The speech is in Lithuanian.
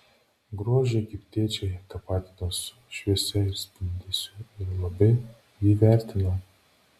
grožį egiptiečiai tapatino su šviesa ir spindesiu ir labai jį vertino